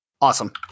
Awesome